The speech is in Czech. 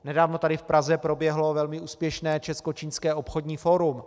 Nedávno tady v Praze proběhlo velmi úspěšné českočínské obchodní fórum.